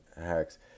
hacks